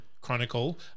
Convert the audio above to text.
Chronicle